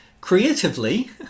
Creatively